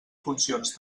funcions